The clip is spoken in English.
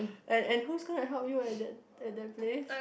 and and who gonna help you at that at that place